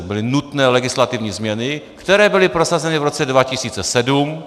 Byly nutné legislativní změny, které byly prosazeny v roce 2007.